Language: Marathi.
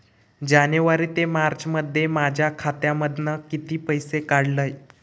जानेवारी ते मार्चमध्ये माझ्या खात्यामधना किती पैसे काढलय?